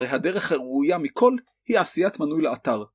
והדרך הראויה מכל היא עשיית מנוי לאתר.